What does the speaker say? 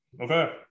Okay